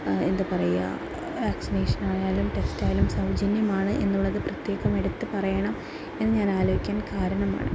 എന്താ പറയുക വാക്സിനേഷനായാലും ടെസ്റ്റായാലും സൗജന്യമാണ് എന്നുള്ളത് പ്രത്യേകം എടുത്തു പറയണം എന്നുഞാൻ ആലോചിക്കാൻ കാരണം